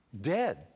Dead